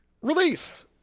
Released